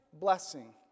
blessing